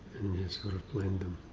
sort of blend them,